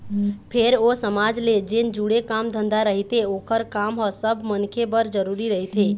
फेर ओ समाज ले जेन जुड़े काम धंधा रहिथे ओखर काम ह सब मनखे बर जरुरी रहिथे